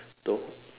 though